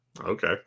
Okay